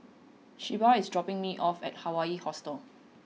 Shelba is dropping me off at Hawaii Hostel